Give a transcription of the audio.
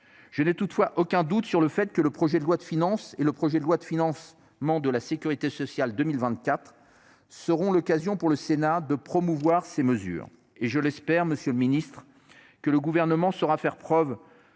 Je n'ai toutefois aucun doute sur le fait que le projet de loi de finances et le projet de loi de finances, membre de la sécurité sociale 2024. Seront l'occasion pour le Sénat de promouvoir ces mesures et je l'espère, Monsieur le Ministre, que le gouvernement saura faire preuve.